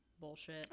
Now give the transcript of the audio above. bullshit